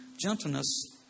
gentleness